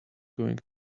going